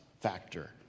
factor